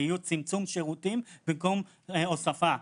שיהיה צמצום שירותים במקום הוספה.